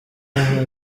aha